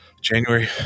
January